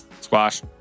Squash